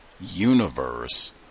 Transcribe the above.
universe